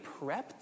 prepped